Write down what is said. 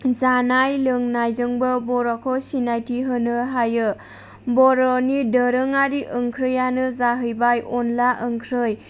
जानाय लोंनायजोंबो बर'खौ सिनायथि होनो हायो बर'नि दोरोङारि ओंख्रियानो जाहैबाय अनला ओंख्रि